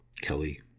Kelly